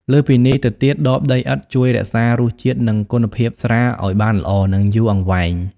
លើសពីនេះទៅទៀតដបដីឥដ្ឋជួយរក្សារសជាតិ និងគុណភាពស្រាឱ្យបានល្អ និងយូរអង្វែង។